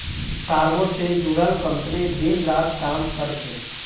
cargo से जुड़ाल company दिन रात काम कर छे